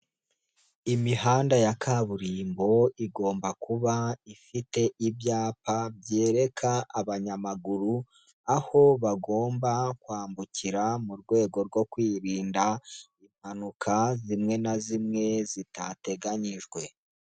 Imihanda ya kaburimbo igomba kuba ifite ibyapa byereka abanyamaguru aho bagomba kwambukira mu rwego rwo kwirinda impanuka zimwe na zimwe zitateganyijwe.